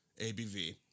ABV